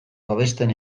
babesten